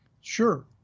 Sure